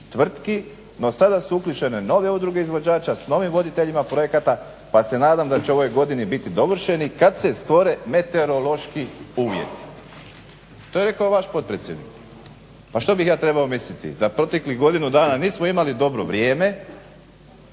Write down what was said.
tvrtki no sada su uključene nove udruge izvođača s novim voditeljima projekata pa se nadam da će u ovoj godini biti dovršeni kad se stvore meteorološki uvjeti. To je rekao vaš potpredsjednik. Pa što bih ja trebao misliti da proteklih godinu dana nismo imali dobro vrijeme